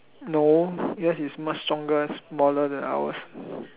no yours is much stronger smaller than ours